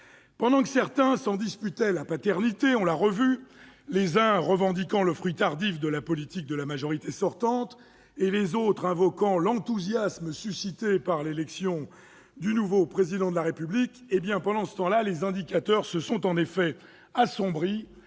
pendant que certains s'en disputaient la paternité, les uns revendiquant le fruit tardif de la politique de la majorité sortante et les autres invoquant l'enthousiasme suscité par l'élection du nouveau Président de la République, les indicateurs se sont assombris,